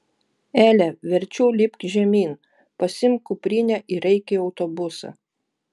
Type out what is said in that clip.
ele verčiau lipk žemyn pasiimk kuprinę ir eik į autobusą